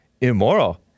Immoral